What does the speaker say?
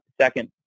second